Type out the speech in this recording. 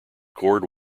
chord